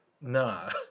Nah